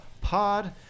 pod